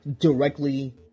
directly